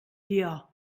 dear